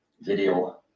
video